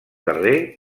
carrer